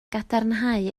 gadarnhau